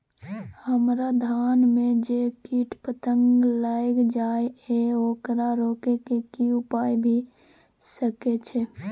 हमरा धान में जे कीट पतंग लैग जाय ये ओकरा रोके के कि उपाय भी सके छै?